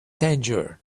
tangier